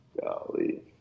Golly